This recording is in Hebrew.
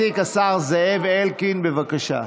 מציג, השר זאב אלקין, בבקשה.